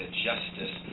justice